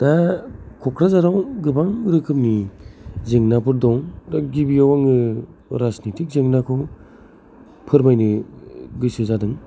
दा क'कराझार आव गोबांं रोखोमनि जेंनाफोर दं दा गिबियाव आङो राजनेथिक जेंनाखौ फोरमायनो गोसो जादों